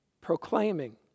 proclaiming